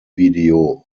video